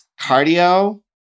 cardio